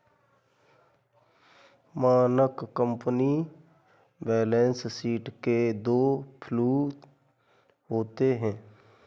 मानक company balance sheet के दो फ्लू होते हैं